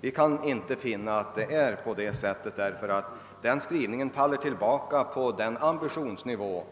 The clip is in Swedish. Vi som är motionärer kan inte finna att detta är riktigt, eftersom utskottets skrivning grundar sig på den ambitionsnivå